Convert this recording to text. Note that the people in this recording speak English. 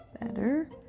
better